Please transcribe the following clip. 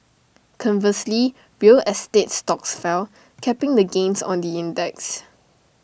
conversely real estate stocks fell capping the gains on the index